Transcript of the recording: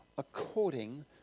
according